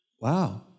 Wow